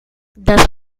does